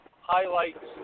highlights